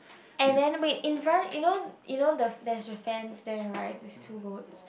and then wait in front you know you know the there is a fences there right with two goats